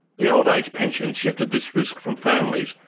the old age pension shifted this risk from families,